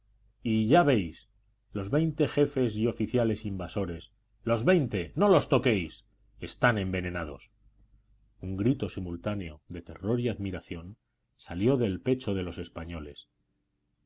y ya veis los veinte jefes y oficiales invasores los veinte no los toquéis están envenenados un grito simultáneo de terror y admiración salió del pecho de los españoles